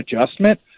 adjustment